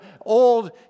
Old